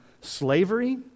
slavery